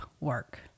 work